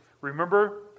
Remember